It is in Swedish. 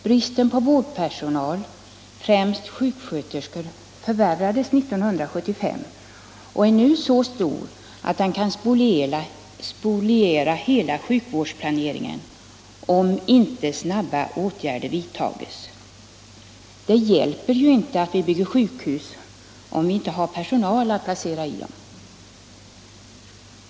Bristen på vårdpersonal, främst sjuksköterskor, har förvärrats 1975 och är nu så stor att den kan spoliera hela sjukvårdsplaneringen om inte snabba åtgärder vidtas. Det hjälper ju inte att vi bygger sjukhus, om vi inte har personal att placera i dem.